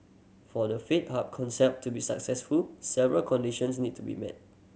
for the faith hub concept to be successful several conditions need to be met